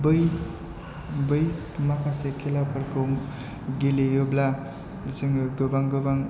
बै बै माखासे खेलाफोरखौ गेलेयोब्ला जोङो गोबां गोबां